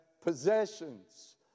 possessions